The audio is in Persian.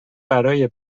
برای